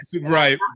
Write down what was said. Right